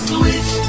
Switch